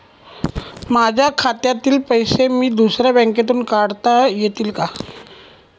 माझ्या खात्यातील पैसे मी दुसऱ्या बँकेतून काढता येतील का?